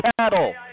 cattle